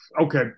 Okay